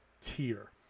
tier